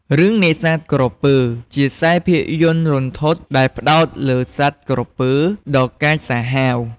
រឿង នេសាទក្រពើ គឺជាខ្សែភាពយន្តរន្ធត់ដែលផ្ដោតលើសត្វក្រពើដ៏កាចសាហាវ។